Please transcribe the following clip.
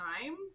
times